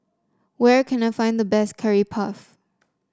where can I find the best Curry Puff